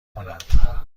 کنم